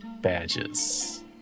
badges